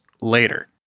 later